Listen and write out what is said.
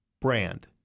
Brand